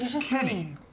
Kenny